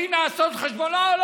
ומתחילים לעשות חשבון: לא,